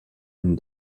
une